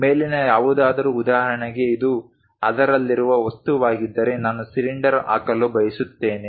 ಮೇಲಿನ ಯಾವುದಾದರೂ ಉದಾಹರಣೆಗೆ ಇದು ಅದರಲ್ಲಿರುವ ವಸ್ತುವಾಗಿದ್ದರೆ ನಾನು ಸಿಲಿಂಡರ್ ಹಾಕಲು ಬಯಸುತ್ತೇನೆ